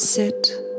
Sit